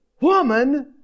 woman